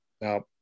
Now